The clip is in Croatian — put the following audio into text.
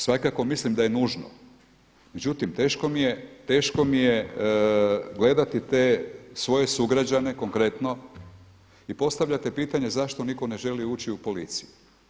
Svakako mislim da je nužno, međutim teško mi je gledati te svoje sugrađane konkretno i postavljate pitanje zašto nitko ne želi ući u policiju.